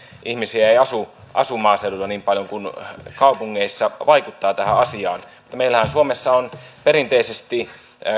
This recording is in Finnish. ihmisiä ei asu asu maaseudulla niin paljon kuin kaupungeissa mikä vaikuttaa tähän asiaan mutta meillähän suomessa on perinteisesti